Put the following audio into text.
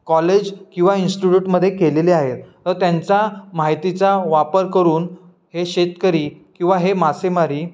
college किंवा इन्स्टिटूटमध्ये केलेले आहेत अ त्यांचा माहितीचा वापर करून हे शेतकरी किंवा हे मासेमारी